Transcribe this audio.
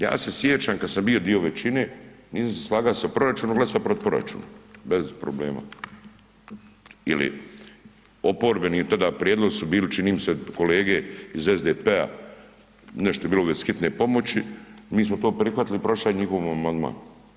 Ja se sjećam kad sam bio dio većine, nisam se slaga sa proračunom, glasa protiv proračuna bez problema ili oporbeni tada prijedlozi su bili čini mi se kolege iz SDP-a nešto je bilo u vezi hitne pomoći, mi smo to prihvatili, proša je njihov amandman.